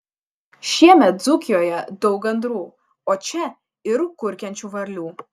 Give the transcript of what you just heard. šiemet dzūkijoje daug gandrų o čia ir kurkiančių varlių